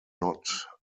not